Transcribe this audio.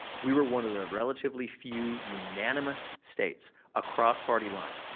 we were one of the relatively few unanimous states across party lines,